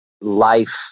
life